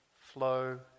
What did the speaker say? flow